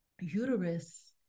uterus